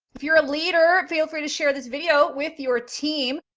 if you're a leader, feel free to share this video with your team.